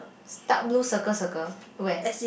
dark blue circle circle where